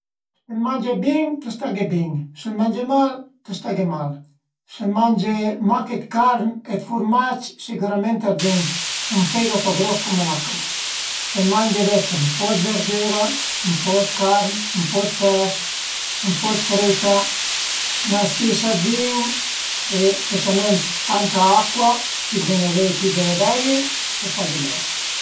Së ti mange bin, të staghe bin, së te mange mail, të staghe mal, së mange mach d'carn e furmac sicürament a të ven ën fegato gros cume 'na ca, se mange ënvecce ën po d'verdüra, ën po d'carn, ën po d'pes, ën po d'früita, 'na stisa d'vin e specialment tanta acua, pi vene vei, pi devi beivi, i staghe mei